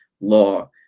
law